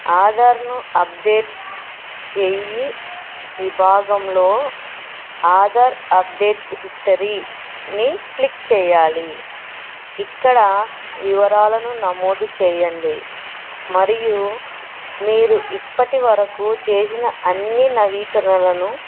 ఆధార్ను అప్డేట్ చేయి విభాగంలో ఆధార్ అప్డేట్ హిస్టరీని క్లిక్ చేయాలి ఇక్కడ వివరాలను నమోదు చేయండి మరియు మీరు ఇప్పటి వరకు చేసిన అన్ని నవీకరణలను